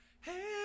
Hey